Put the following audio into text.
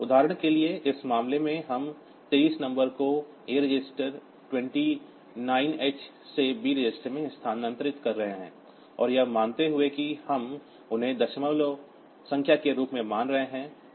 उदाहरण के लिए इस मामले में हम 23 नंबर को A रजिस्टर 29 h से B रजिस्टर में स्थानांतरित कर रहे हैं और यह मानते हुए कि हम उन्हें दशमलव संख्या के रूप में मान रहे हैं